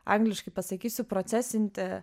angliškai pasakysiu procesinti